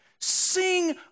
Sing